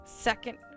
second